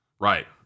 Right